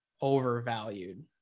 overvalued